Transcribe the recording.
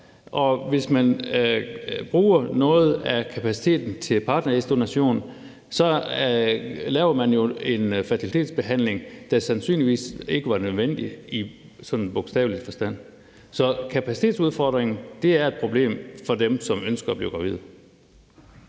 og hvis man bruger noget af kapaciteten til partnerægdonation, laver man jo en fertilitetsbehandling, der sandsynligvis ikke er nødvendig i sådan bogstaveligste forstand. Så kapacitetsudfordringen er et problem for dem, som ønsker at blive gravide.